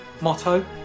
motto